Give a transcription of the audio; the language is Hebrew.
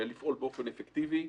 ולפעול באופן אפקטיבי.